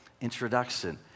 introduction